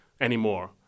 anymore